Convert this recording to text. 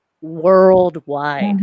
worldwide